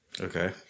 Okay